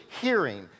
hearing